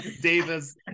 Davis